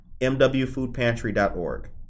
mwfoodpantry.org